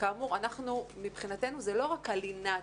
כאמור מבחינתנו זה לא רק הלינה עצמה,